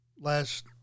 last